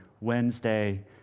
Wednesday